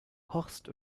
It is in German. horst